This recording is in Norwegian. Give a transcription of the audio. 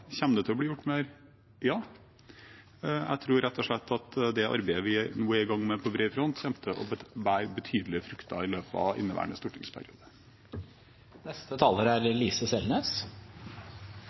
det til å bli gjort mer? – Ja. Jeg tror rett og slett at det arbeidet vi nå er i gang med på bred front, i betydelig grad kommer til å bære frukter i løpet av inneværende stortingsperiode.